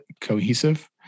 cohesive